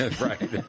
Right